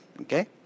okay